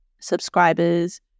subscribers